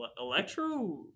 Electro